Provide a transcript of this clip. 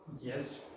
Yes